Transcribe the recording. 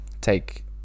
take